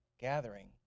gathering